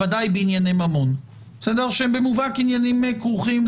בוודאי בענייני ממון שהם במובהק עניינים כרוכים,